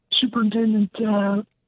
Superintendent